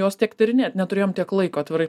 jos tiek tyrinėt neturėjom tiek laiko atvirai